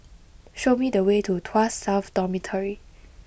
show me the way to Tuas South Dormitory